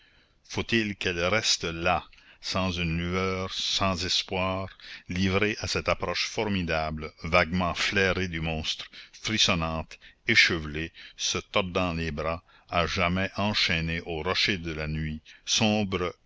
faut-il qu'elle reste là sans une lueur sans espoir livrée à cette approche formidable vaguement flairée du monstre frissonnante échevelée se tordant les bras à jamais enchaînée au rocher de la nuit sombre